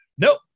Nope